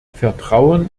vertrauen